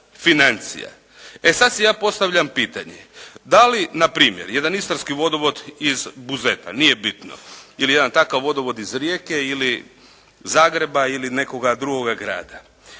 financija. E sada si ja postavljam pitanje da li na primjer jedan istarski vodovod iz Buzeta, nije bitno ili jedan takav vodovod iz Rijeke ili Zagreba ili nekog drugog grada.